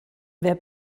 wer